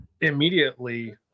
immediately